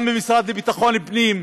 גם במשרד לביטחון הפנים,